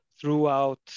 throughout